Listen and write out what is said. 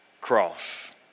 cross